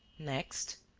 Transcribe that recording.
next?